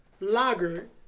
lager